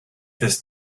this